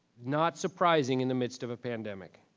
not surprising in the midst of a pandemic.